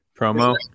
promo